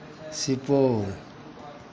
Supaul